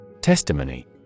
Testimony